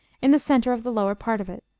in the centre of the lower part of it.